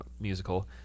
musical